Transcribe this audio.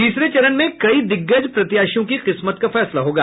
तीसरे चरण में कई दिग्गज प्रत्याशियों की किस्मत का फैसला होगा